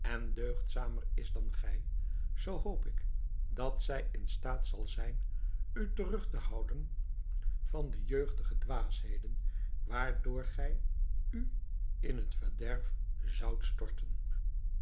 en deugdzamer is dan gij zoo hoop ik dat zij in staat zal zijn u terug te houden van de jeugdige dwaasheden waardoor gij u in het verderf zoudt storten